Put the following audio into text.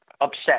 upset